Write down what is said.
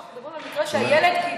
לא, אנחנו מדברים על מקרה שהילד קיבל.